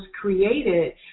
created